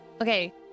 Okay